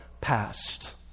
past